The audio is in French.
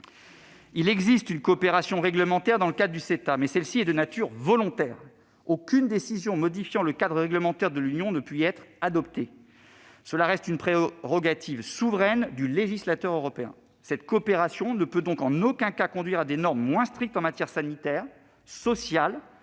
le CETA. Une coopération réglementaire existe dans le cadre de cet accord, mais elle est de nature volontaire. Aucune décision modifiant le cadre réglementaire de l'Union ne peut y être adoptée : il s'agit d'une prérogative souveraine du législateur européen. Cette coopération ne peut donc en aucun cas conduire à des normes moins strictes en matière sanitaire, sociale